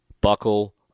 Buckle